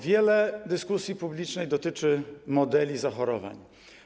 Wiele dyskusji publicznych dotyczy modeli zachorowań.